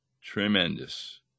tremendous